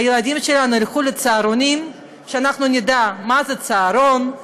הילדים שלנו ילכו לצהרונים כשאנחנו נדע מה זה צהרון,